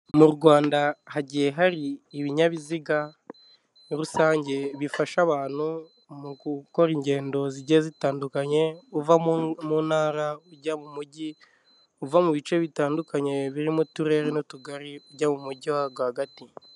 Mu Rwanda, hagiye hari ibinyabiziga rusange bifasha abantu mu gukora ingendo zijyiye zitandukanye, uva mu ntara, ujya mujyi, uva mu bice bitandukanye biririmo uturere n'utugari , ujya mu mujyi rwagati,